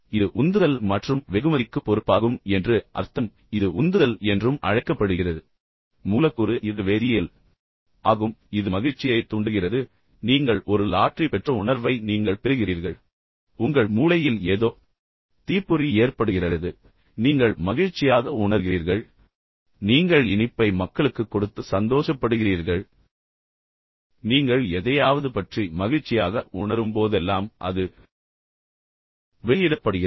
இது உந்துதல் மற்றும் வெகுமதிக்கு பொறுப்பாகும் என்று அர்த்தம் இது எங்களுக்கு உந்துதல் என்றும் அழைக்கப்படுகிறது மூலக்கூறு இது உண்மையில் வேதியியல் ஆகும் இது மகிழ்ச்சியைத் தூண்டுகிறது நீங்கள் ஒரு வெற்றியைப் பெற்றீர்கள் என்ற உணர்வை நீங்கள் பெறுகிறீர்கள் லாட்டரி கூட உங்கள் மூளையில் ஏதோ தீப்பொறி மற்றும் நீங்கள் மகிழ்ச்சியாக உணர வைக்கிறது என்று நீங்கள் இப்போது மகிழ்ச்சியாக இருக்கிறீர்கள் என்று கூறுகிறார் எனவே நீங்கள் சென்று வணக்கம் செலுத்துங்கள் நீங்கள் இனிப்பாக இருக்கும் வரை காத்திருந்து அதை மக்களுக்குக் கொடுங்கள் மேலும் மற்றவர்களை மகிழ்ச்சியடையச் செய்கிறது நீங்கள் எதையாவது பற்றி மகிழ்ச்சியாக உணரும்போதெல்லாம் அது வெளியிடப்படுகிறது